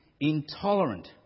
intolerant